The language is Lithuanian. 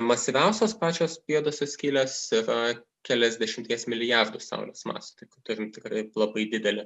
masyviausios pačios juodosios skylės yra keliasdešimties milijardų saulės masių tai turime tikrai labai didelį